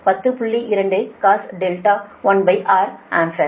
2 cos R1 ampere